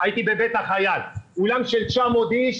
בבית החייל, אולם של 900 איש,